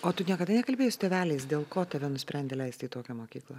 o tu niekada nekalbėjai su tėveliais dėl ko tave nusprendė leisti į tokią mokyklą